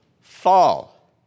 fall